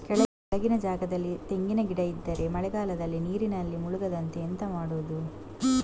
ಕೆಳಗಿನ ಜಾಗದಲ್ಲಿ ತೆಂಗಿನ ಗಿಡ ಇದ್ದರೆ ಮಳೆಗಾಲದಲ್ಲಿ ನೀರಿನಲ್ಲಿ ಮುಳುಗದಂತೆ ಎಂತ ಮಾಡೋದು?